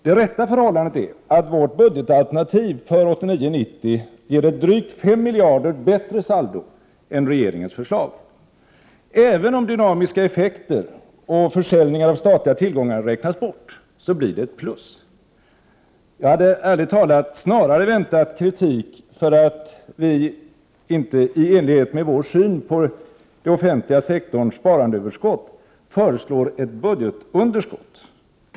Det rätta förhållandet är att vårt budgetalterntiv för 1989/90 ger ett drygt 5 miljarder bättre saldo än regeringens förslag. Även om dynamiska effekter och försäljning av statliga tillgångar räknas bort blir det ett plus. Ärligt talat, hade jag snarast väntat kritik för att vi inte, i enlighet med vår syn på den offentliga sektorns sparandeöverskott, föreslog ett budgetunderskott.